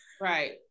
right